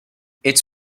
its